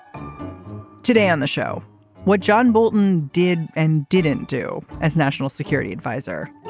today on the show what john bolton did and didn't do as national security adviser.